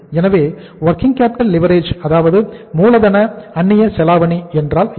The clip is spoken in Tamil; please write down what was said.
எனவே வொர்கிங் கேப்பிட்டல் லிவரேஜ் அதாவது மூலதன அந்நிய செலாவணி என்றால் என்ன